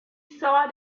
saw